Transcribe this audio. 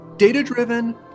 Data-driven